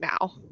now